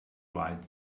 right